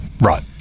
Right